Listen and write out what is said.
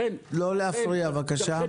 שתוכן